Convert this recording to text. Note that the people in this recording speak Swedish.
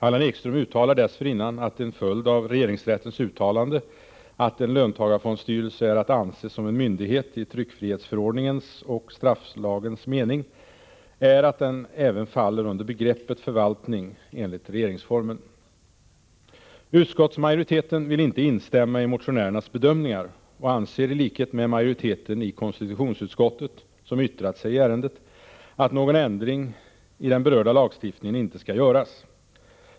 Han uttalar dessförinnan att en följd av regeringsrättens uttalande att en löntagarfondsstyrelse är att anse som en myndighet i tryckfrihetsförordningens och sekretesslagens mening är att den även faller under begreppet förvaltning enligt regeringsformen. Utskottsmajoriteten vill inte instämma i motionärernas bedömningar och anser i likhet med majoriteten i konstitutionsutskottet, som yttrat sig i ärendet, att någon ändring i den berörda lagstiftningen icke skall göras.